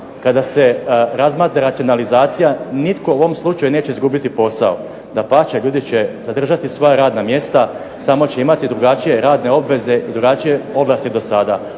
Kada se razmatra racionalizacija nitko u ovom slučaju neće izgubiti posao. Dapače, ljudi će zadržati svoja radna mjesta samo će imati drugačije radne obveze i drugačije ovlasti do sada.